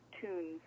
tunes